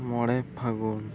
ᱢᱚᱬᱮ ᱯᱷᱟᱹᱜᱩᱱ